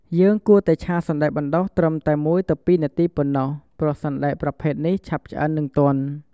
យើងគួរតែឆាសណ្ដែកបណ្ដុះត្រឹមតែ ១-២ នាទី ប៉ុណ្ណោះ ព្រោះសណ្ដែកប្រភេទនេះឆាប់ឆ្អិន និងទន់។